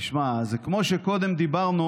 תשמע, זה כמו שקודם דיברנו